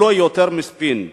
הוא לא יותר מספין.